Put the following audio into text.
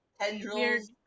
tendrils